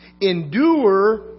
endure